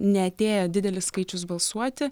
neatėjo didelis skaičius balsuoti